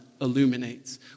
illuminates